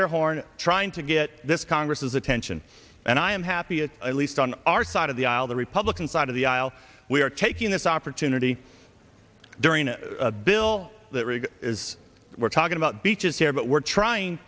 horns trying to get this congress's attention and i am happy at least on our side of the aisle the republican side of the aisle we are taking this opportunity during a bill that rig is we're talking about beaches here but we're trying